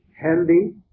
Healthy